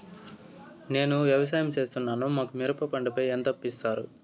నేను వ్యవసాయం సేస్తున్నాను, మాకు మిరప పంటపై ఎంత అప్పు ఇస్తారు